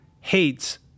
hates